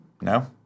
No